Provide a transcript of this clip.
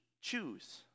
choose